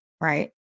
right